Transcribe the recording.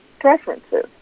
preferences